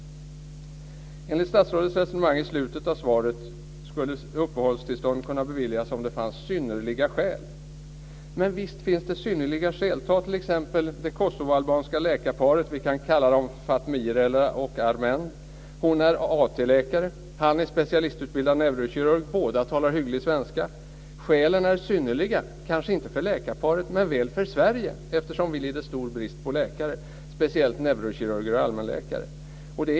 Enligt statsrådets resonemang i slutet av svaret skulle upphållstillstånd kunna beviljas om det fanns synnerliga skäl. Men visst finns det synnerliga skäl. Ta t.ex. det kosovoalbanska läkarparet - vi kan kalla dem Fatmire och Armend. Hon är AT-läkare, han är specialistutbildad neurokirurg. Båda talar hygglig svenska. Skälen är synnerliga, kanske inte för läkarparet, men väl för Sverige eftersom vi lider stor brist på läkare, speciellt neurokirurger och allmänläkare.